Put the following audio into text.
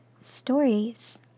stories